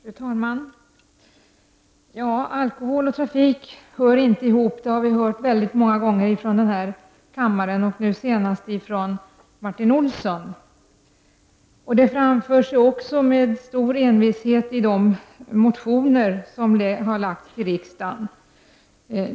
Fru talman! Alkohol och trafik hör inte ihop. Det har sagts många gånger i denna kammare, nu senast av Martin Olsson. Det framförs också med stor envishet i de motioner som har väckts i riksdagen.